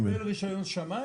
אם הוא קיבל רישיון שמאי,